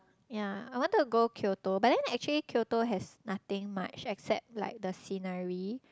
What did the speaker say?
ya I wanted to go Kyoto but then actually Kyoto has nothing much except like the scenery